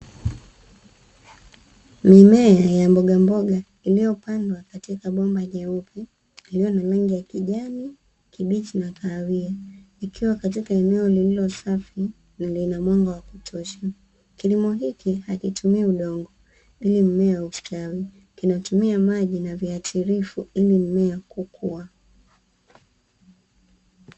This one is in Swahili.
Mimea ya mbogamboga iliyopandwa katika bomba jeupe, lililo na rangi ya kijani kibichi na kahawia, ikiwa katika eneo lililo safi na lina mwanga wa kutosha. Kilimo hiki hakitumii udongo ili mmea ustawi kinatumia maji na viatilifu ili mmea kukua.